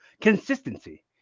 consistency